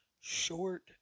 short